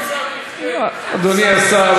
אדוני השר,